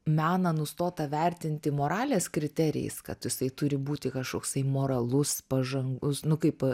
meną nustota vertinti moralės kriterijais kad jisai turi būti kažkoksai moralus pažangus nu kaip